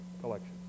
collection